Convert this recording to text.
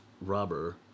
rubber